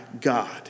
God